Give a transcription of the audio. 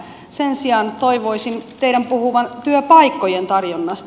sen sijaan toivoisin teidän puhuvan työpaikkojen tarjonnasta